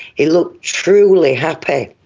he looked truly happy.